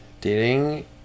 Dating